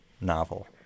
novel